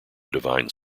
divine